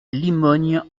limogne